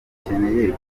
akeneye